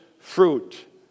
fruit